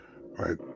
right